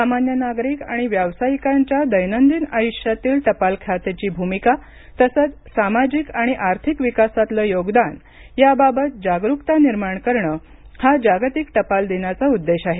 सामान्य नागरिक आणि व्यावसायिकांच्या दैनंदिन आयुष्यातील टपाल खात्याची भूमिका तसंच सामाजिक आणि आर्थिक विकासातलं योगदान याबाबत जागरुकता निर्माण करणं हा जागतिक टपाल दिनाचा उद्देश आहे